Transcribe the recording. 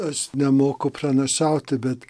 aš nemoku pranašauti bet